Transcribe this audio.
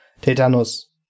Tetanus